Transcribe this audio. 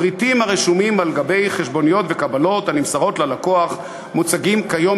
פריטים הרשומים על גבי חשבוניות וקבלות הנמסרות ללקוח מוצגים כיום